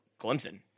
Clemson